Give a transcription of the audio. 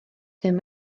ddim